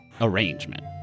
arrangement